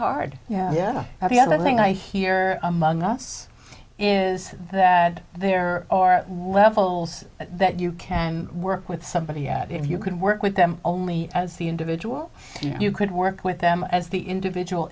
hard yeah the other thing i hear among us is that there are levels that you can work with somebody at if you could work with them only as the individual you could work with them as the individual